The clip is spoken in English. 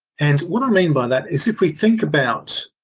and what i mean by that is if we think about